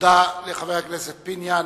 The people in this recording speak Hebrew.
תודה לחבר הכנסת פיניאן.